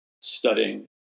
studying